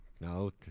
no